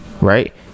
right